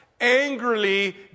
angrily